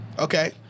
Okay